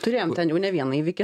turėjom ten jau ne vieną įvykį